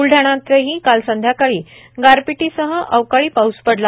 ब्लडाण्यातही काल संध्याकाळी गारपीटासह अवकाळी पाऊस पडला